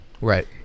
Right